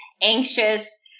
anxious